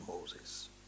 Moses